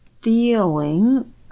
feeling